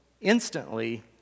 instantly